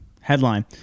Headline